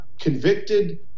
convicted